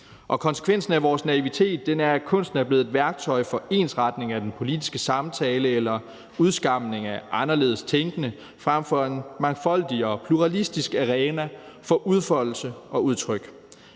konsekvensen af vores naivitet er, at kunsten er blevet et værktøj for ensretning af den politiske samtale eller udskamning af anderledes tænkende frem for en mangfoldig og pluralistisk arena for udfoldelse og udtryk.